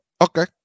Okay